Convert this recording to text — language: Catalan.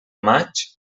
maig